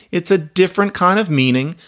it's a different kind of meaning.